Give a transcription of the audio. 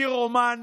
פירומן